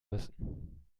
müssen